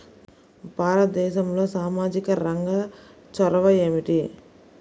భారతదేశంలో సామాజిక రంగ చొరవ ఏమిటి?